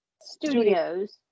Studios